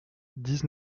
dix